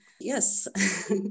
Yes